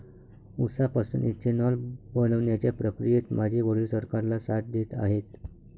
उसापासून इथेनॉल बनवण्याच्या प्रक्रियेत माझे वडील सरकारला साथ देत आहेत